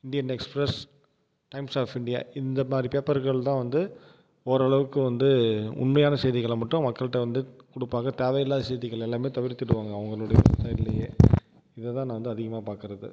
Indian Express Times of India இந்த மாதிரி பேப்பர்கள் தான் வந்து ஓரளவுக்கு வந்து உண்மையான செய்திகளை மட்டும் மக்கள்கிட்ட வந்து கொடுப்பாங்க தேவையில்லாத செய்திகள் எல்லாமே தவிர்த்திடுவாங்க அவங்களுடைய சைடுலயே இதை தான் நான் வந்து அதிகமாக பார்க்கறது